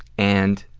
and